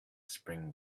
spring